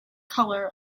color